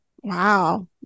Wow